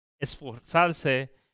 Esforzarse